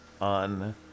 on